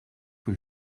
que